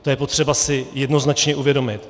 To je potřeba si jednoznačně uvědomit.